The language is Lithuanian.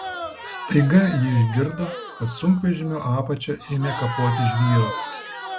staiga ji išgirdo kad sunkvežimio apačią ėmė kapoti žvyras